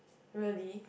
really